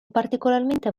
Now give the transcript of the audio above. particolarmente